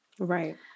right